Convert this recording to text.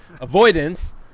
avoidance